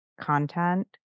content